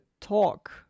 talk